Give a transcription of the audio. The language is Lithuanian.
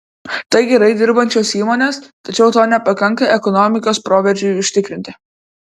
tai gerai dirbančios įmonės tačiau to nepakanka ekonomikos proveržiui užtikrinti